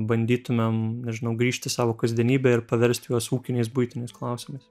bandytumėm nežinau grįžt į savo kasdienybę ir paversti juos ūkiniais buitiniais klausimais